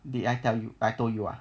did I tell you I told you ah